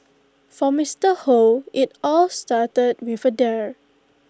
for Mister Hoe IT all started with A dare